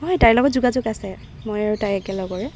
হয় তাইৰ লগত যোগাযোগ আছে মই আৰু তাই একে লগৰে